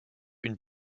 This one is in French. une